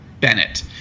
Bennett